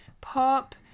pop